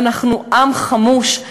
אנחנו עם חמוש,